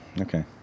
okay